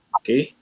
okay